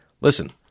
Listen